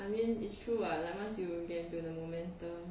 I mean is true [what] like once you get into the momentum